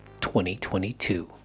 2022